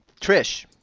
Trish